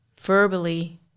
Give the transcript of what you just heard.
verbally